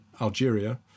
Algeria